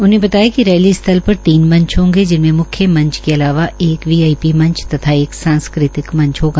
उन्होंने बताया कि रखी स्थल पर तीन मंच होंगे जिनमें मुख्य मांच के अलावा एक वीआईपी मंच तथा एक सांस्कृतिक मंच होगा